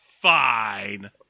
fine